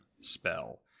spell